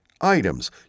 Items